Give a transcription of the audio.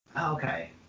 Okay